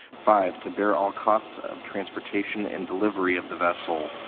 five, to bear all costs of transportation and delivery of the vessel.